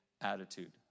attitude